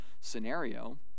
scenario